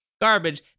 garbage